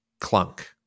clunk